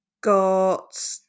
got